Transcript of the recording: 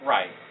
Right